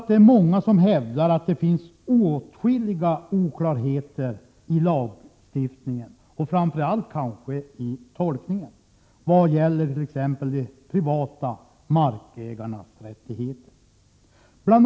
Det är många som hävdar att det finns åtskilliga oklarheter i lagstiftningen, kanske framför allt då det gäller tolkningen av de privata markägarnas rättigheter. Bl.